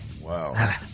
Wow